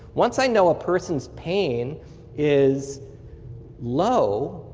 once i know a person's pain is low,